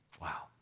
Wow